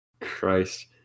Christ